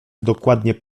dokładnie